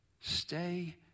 stay